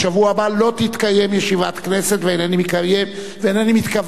לא תתקיים ישיבת כנסת ואינני מתכוון,